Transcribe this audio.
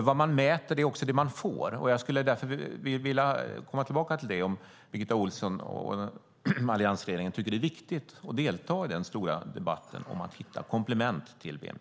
Vad man mäter är det man får. Tycker Birgitta Ohlsson och alliansregeringen att det är viktigt att delta i debatten om att hitta komplement till bnp?